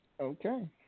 Okay